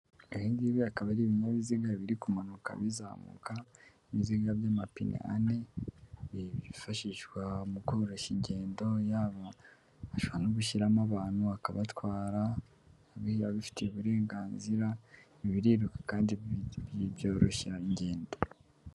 Ibi ngibi akaba ari ibinyabiziga biri kumanuka bizamuka, ibinyabiziga by'amapine ane byifashishwa mu koroshya ingendo, yaba ashobora no gushyiramo abantu akabatwara, niba abifitiye uburenganzira, biriruka kandi byoroshya ingendo.